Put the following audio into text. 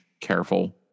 careful